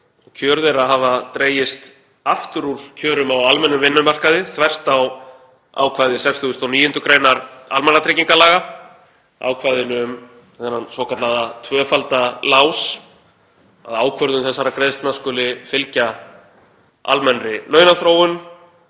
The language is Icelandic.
Kjör þeirra hafa dregist aftur úr kjörum á almennum vinnumarkaði, þvert á ákvæði 69. gr. almannatryggingalaga, ákvæðinu um þennan svokallaða tvöfalda lás, að ákvörðun þessara greiðslna skuli fylgja almennri launaþróun